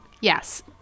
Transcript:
yes